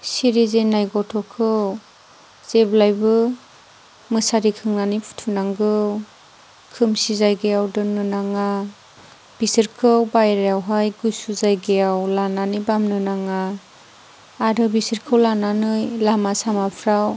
सिरिजेननाय गथ'खौ जेब्लाबो मुसारि खोंनानै फुथुनांगौ खोमसि जायगायाव दोननो नाङा बिसोरखौ बायहेरायावहाय गुसु जायगायाव लानानै बामनो नाङा आरो बिसोरखौ लानानै लामा सामाफोराव